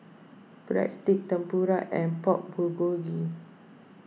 Breadsticks Tempura and Pork Bulgogi